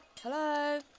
Hello